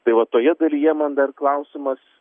tai vat toje dalyje man dar klausimas